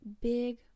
big